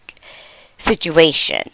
situation